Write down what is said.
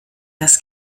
das